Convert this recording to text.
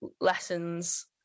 lessons